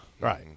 Right